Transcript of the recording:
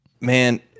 man